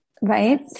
right